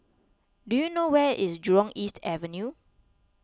do you know where is Jurong East Avenue